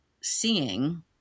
seeing